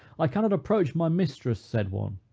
i cannot approach my mistress, said one,